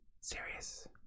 Serious